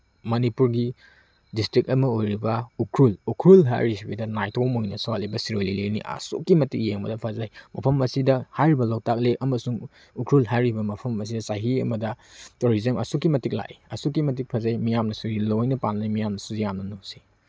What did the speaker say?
ꯃꯅꯤꯄꯨꯔꯒꯤ ꯗꯤꯁꯇ꯭ꯔꯤꯛ ꯑꯃ ꯑꯣꯏꯔꯤꯕ ꯎꯈ꯭ꯔꯨꯜ ꯎꯈ꯭ꯔꯨꯜ ꯍꯥꯏꯔꯤꯁꯤꯗ ꯅꯥꯏꯇꯣꯝ ꯑꯣꯏꯅ ꯁꯥꯠꯂꯤꯕ ꯁꯤꯔꯣꯏ ꯂꯤꯂꯤꯅꯤ ꯑꯁꯨꯛꯀꯤ ꯃꯇꯤꯛ ꯌꯦꯡꯕꯗ ꯐꯖꯩ ꯃꯐꯝ ꯑꯁꯤꯗ ꯍꯥꯏꯔꯤꯕ ꯂꯣꯛꯇꯥꯛ ꯂꯦꯛ ꯑꯃꯁꯨꯡ ꯎꯈ꯭ꯔꯨꯜ ꯍꯥꯏꯔꯤꯕ ꯃꯐꯝ ꯑꯁꯤꯗ ꯆꯍꯤ ꯑꯃꯗ ꯇꯨꯔꯤꯖꯝ ꯑꯁꯨꯛꯀꯤ ꯃꯇꯤꯛ ꯂꯥꯛꯏ ꯑꯁꯨꯛꯀꯤ ꯃꯇꯤꯛ ꯐꯖꯩ ꯃꯤꯌꯥꯝꯅꯁꯨ ꯂꯣꯏꯅ ꯄꯥꯝꯅꯩ ꯃꯤꯌꯥꯝꯅꯁꯨ ꯌꯥꯝꯅ ꯅꯨꯡꯁꯤ